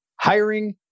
Hiring